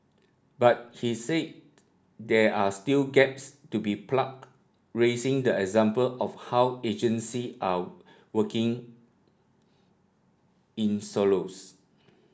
but he said there are still gaps to be plugged raising the example of how agency are working in silos